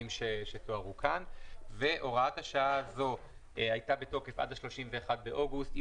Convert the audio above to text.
הייתה בתוקף עד 31 באוגוסט.